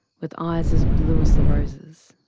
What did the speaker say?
with eyes as blue as the roses.